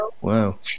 Wow